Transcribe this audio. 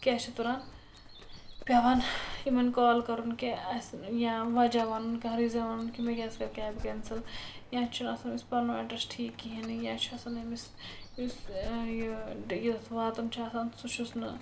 کیٛاہ چھِ اَتھ وَنان پیٚوان یِمَن کال کَرُن کہِ اسہِ ٲں یا وجہ وَنُن کانٛہہ ریٖزَن وَنُن کہِ مےٚ کیٛازِ کٔر کیب کیٚنسل یا چھُنہٕ آسان اسہِ پَنُن ایٚڈرس ٹھیٖک کِہیٖنۍ نہٕ یا چھُ آسان أمِس یُس ٲں یہِ یوٚتَتھ واتُن چھُ آسان سُہ چھُس نہٕ